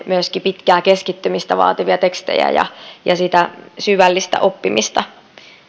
myöskin pitkää keskittymistä vaativia tekstejä ja ylläpitäisimme sitä syvällistä oppimista